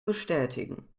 bestätigen